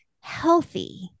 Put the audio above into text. healthy